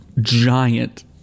giant